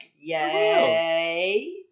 Yay